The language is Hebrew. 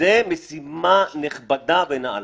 זו משימה נכבדה ונעלה.